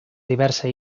diversa